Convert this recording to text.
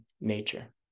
nature